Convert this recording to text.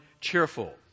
cheerful